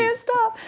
ah stop.